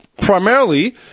primarily